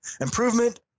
improvement